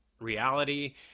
reality